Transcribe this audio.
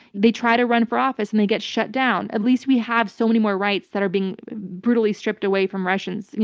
they try to run for office and they get shut down. at least we have so many more rights that are being brutally stripped away from russians.